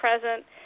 present